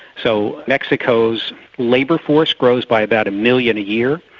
so mexico's labour force grows by about a million a year,